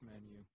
menu